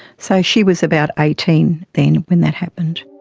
so she was about eighteen then, when that happened.